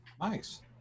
Nice